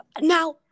now